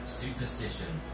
superstition